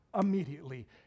immediately